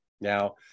Now